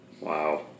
Wow